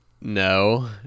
no